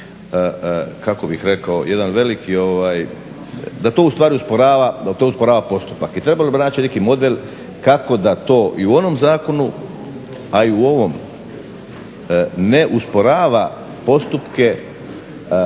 kako bih rekao, jedan veliki, da to usporava postupak i trebalo bi naći neki model kako da to i u onom zakonu, a i u ovom ne usporava postupke